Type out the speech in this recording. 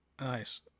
Nice